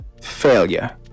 failure